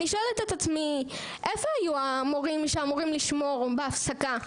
אני שואלת את עצמי איפה היו המורים שאמורים לשמור בהפסקה?